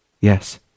Yes